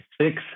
six